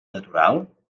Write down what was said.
natural